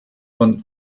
von